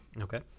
Okay